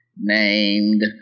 named